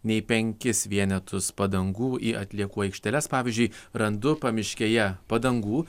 nei penkis vienetus padangų į atliekų aikšteles pavyzdžiui randu pamiškėje padangų